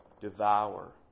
devour